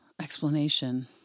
explanation